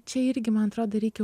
čia irgi man atrodo reikia